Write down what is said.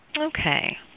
Okay